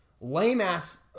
lame-ass